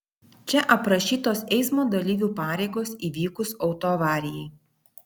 čia aprašytos eismo dalyvių pareigos įvykus autoavarijai